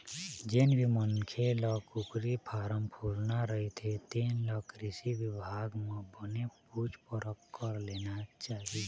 जेन भी मनखे ल कुकरी फारम खोलना रहिथे तेन ल कृषि बिभाग म बने पूछ परख कर लेना चाही